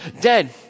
dead